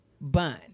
bun